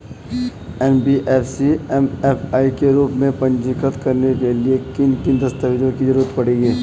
NBFC MFI के रूप में पंजीकृत कराने के लिए किन किन दस्तावेजों की जरूरत पड़ेगी?